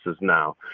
now